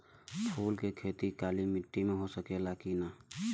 फूल के खेती काली माटी में हो सकेला की ना?